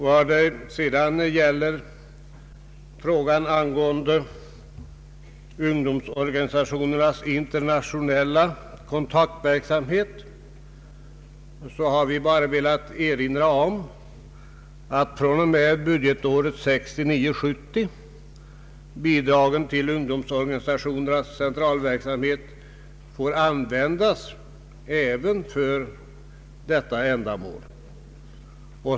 När det sedan gäller frågan angående ungdomsorganisationernas internationella kontaktverksamhet så har vi bara velat erinra om att fr.o.m. budgetåret 1969/70 får bidragen till ungdomsorganisationernas centralverksamhet användas även för detta ändamål.